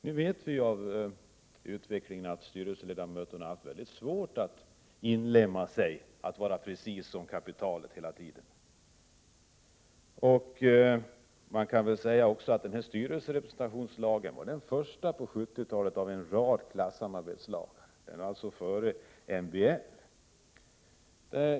Nu vet vi av utvecklingen att styrelseledamöterna har haft mycket svårt att inlemma sig och vara precis som kapitalet hela tiden. Man kan väl också säga att styrelserepresentationslagen var den första på 70-talet av en rad klassamarbetslagar. Den var alltså före MBL.